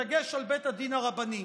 בדגש על בית הדין הרבני,